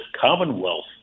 commonwealth